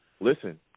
Listen